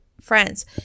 friends